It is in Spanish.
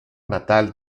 natal